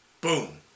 boom